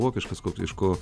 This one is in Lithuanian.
vokiškas koks aišku